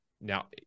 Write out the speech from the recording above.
now